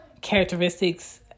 characteristics